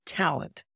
talent